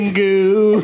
goo